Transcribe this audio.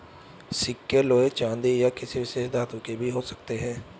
सिक्के लोहे चांदी या किसी विशेष धातु के भी हो सकते हैं